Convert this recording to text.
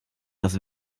das